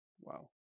Wow